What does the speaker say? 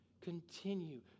continue